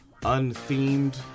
unthemed